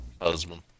Husband